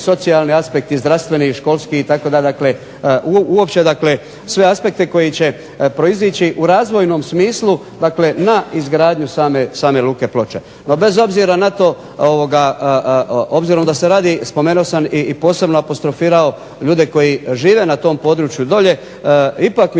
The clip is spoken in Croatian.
socijalni aspekt i zdravstveni i školski itd., uopće dakle sve aspekte koji će proizaći u razvojnom smislu dakle na izgradnju same Luke Ploče. No bez obzira na to, obzirom da se radi, spomenuo sam i posebno apostrofirao ljude koji žive na tom području dolje, ipak mi